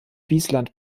wiesland